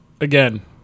Again